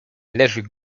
leży